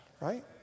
right